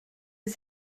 les